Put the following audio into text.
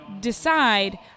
decide